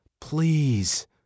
Please